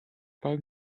pas